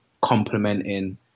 complementing